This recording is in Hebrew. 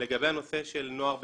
לגבי הנושא של נוער בסיכון,